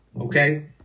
Okay